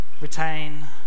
retain